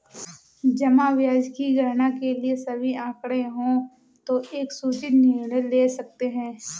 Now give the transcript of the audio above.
जमा ब्याज की गणना के लिए सभी आंकड़े हों तो एक सूचित निर्णय ले सकते हैं